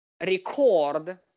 Record